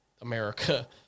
America